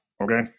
okay